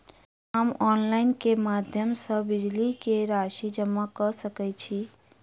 हम ऑनलाइन केँ माध्यम सँ बिजली कऽ राशि जमा कऽ सकैत छी?